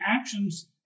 actions